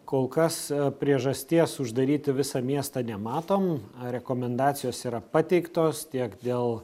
kol kas priežasties uždaryti visą miestą nematom rekomendacijos yra pateiktos tiek dėl